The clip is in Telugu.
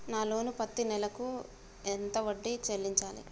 నా లోను పత్తి నెల కు ఎంత వడ్డీ చెల్లించాలి?